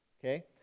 okay